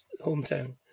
hometown